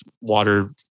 water